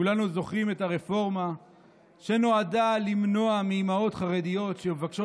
כולנו זוכרים את הרפורמה שנועדה למנוע מאימהות חרדיות שמבקשות